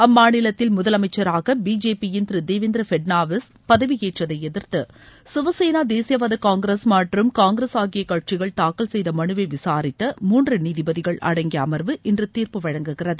அம்மாநிலத்தில் முதலமைச்சராக பிஜேபி யின் திரு தேவேந்திர பட்நவிஸ் பதவியேற்றதை எதிர்த்து சிவசேனா தேசியவாத காங்கிரஸ் மற்றும் காங்கிரஸ் ஆகிய கட்சிகள் தூக்கல் செய்த மனுவை விசாரித்த மூன்று நீதிபதிகள் அடங்கிய அமர்வு இன்று தீர்ப்பு வழங்குகிறது